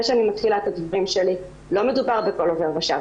שאני מתחילה את הדברים שלי לא מדובר בכל עובר ושוב,